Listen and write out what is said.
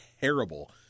terrible